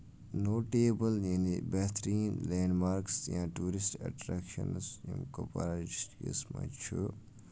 notable یعنی بہتریٖن landmarks یا ٹیٚوٗرِسٹ اٹریکَشنٕز یِم کۄپوارہ ڈِسٹکس منٛز چھُ